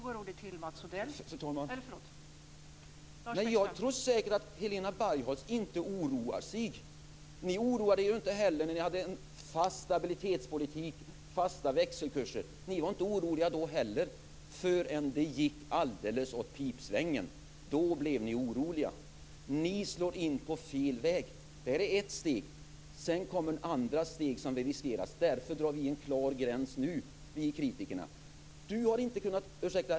Fru talman! Jag tror säkert att Helena Bargholtz inte oroar sig. Ni folkpartister oroade er ju inte heller när ni förde en fast stabilitetspolitik med fasta växelkurser. Ni var inte oroliga då heller, förrän det gick alldeles åt pipsvängen. Då blev ni oroliga. Ni slår in på fel väg. Det här är ett steg. Sedan riskerar vi att det kommer andra steg. Därför drar vi kritiker en klar gräns nu.